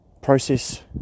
process